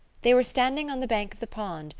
they were standing on the bank of the pond,